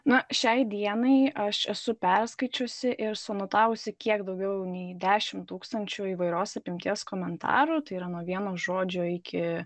na šiai dienai aš esu perskaičiusi ir suanotavusi kiek daugiau nei dešim tūkstančių įvairios apimties komentarų tai yra nuo vieno žodžio iki